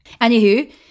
Anywho